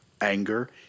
anger